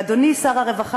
ואדוני שר הרווחה,